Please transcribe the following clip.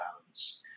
balance